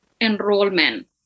enrollment